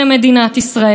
אתם מתגאים בכך,